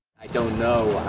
i don't know.